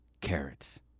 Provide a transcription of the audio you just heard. carrots